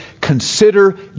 consider